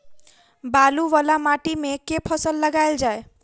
बालू वला माटि मे केँ फसल लगाएल जाए?